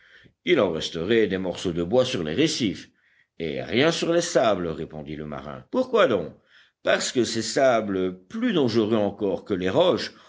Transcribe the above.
il en resterait des morceaux de bois sur les récifs et rien sur les sables répondit le marin pourquoi donc parce que ces sables plus dangereux encore que les roches